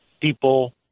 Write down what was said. people